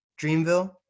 dreamville